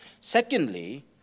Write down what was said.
Secondly